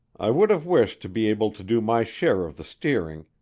i would have wished to be able to do my share of the steering,